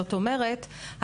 זאת אומרת,